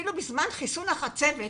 כבר בזמן חיסון החצבת,